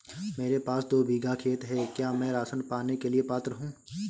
मेरे पास दो बीघा खेत है क्या मैं राशन पाने के लिए पात्र हूँ?